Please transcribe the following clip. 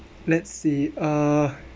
let's see uh